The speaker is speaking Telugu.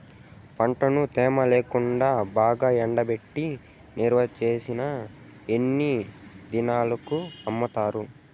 పంటను తేమ లేకుండా బాగా ఎండబెట్టి నిల్వచేసిన ఎన్ని దినాలకు అమ్ముతారు?